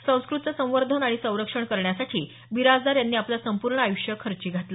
संस्क्रतचं संवर्धन आणि संरक्षण करण्यासाठी बिराजदार यांनी आपलं संपूर्ण आय्ष्य खर्ची घातलं